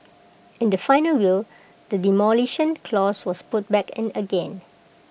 in the final will the Demolition Clause was put back in again